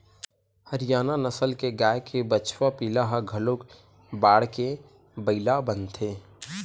हरियाना नसल के गाय के बछवा पिला ह घलोक बाड़के बइला बनथे